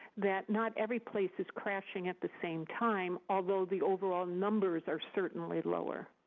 that not every place is crashing at the same time, although the overall numbers are certainly lower.